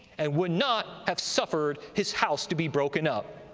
and would not have suffered his house to be broken up.